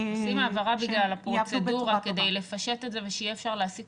עושים העברה בגלל הפרוצדורה כדי לפשט את זה ושיהיה אפשר להעסיק